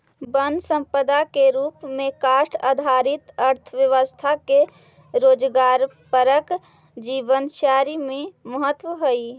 वन सम्पदा के रूप में काष्ठ आधारित अर्थव्यवस्था के रोजगारपरक जीवनचर्या में महत्त्व हइ